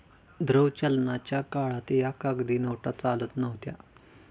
द्रव्य चलनाच्या काळात या कागदी नोटा चालत नव्हत्या